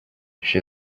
she